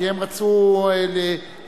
כי הם רצו להתעלם,